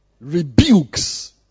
Rebukes